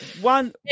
One